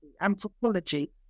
anthropology